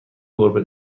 گربه